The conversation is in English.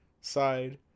side